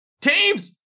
teams